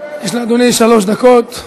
יש לאדוני שלוש דקות.